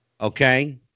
Okay